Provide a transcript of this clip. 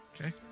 Okay